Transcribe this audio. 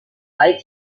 baik